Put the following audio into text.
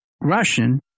Russian